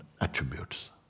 attributes